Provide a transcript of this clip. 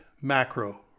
macro